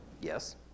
Yes